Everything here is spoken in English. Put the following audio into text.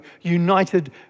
united